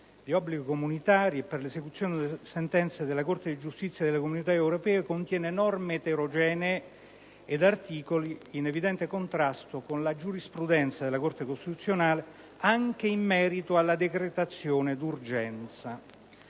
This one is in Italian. di obblighi comunitari e per l'esecuzione di sentenze della Corte di giustizia delle Comunità europee, contiene norme eterogenee ed articoli in evidente contrasto con la giurisprudenza della Corte costituzionale, anche in merito alla decretazione d'urgenza.